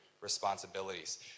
responsibilities